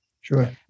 Sure